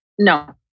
No